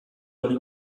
horri